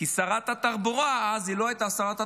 כי שרת התחבורה, אז היא לא הייתה שרת התחבורה,